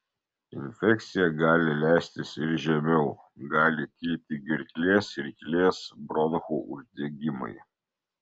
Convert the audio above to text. infekcija gali leistis ir žemiau gali kilti gerklės ryklės bronchų uždegimai